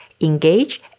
engage